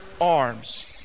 arms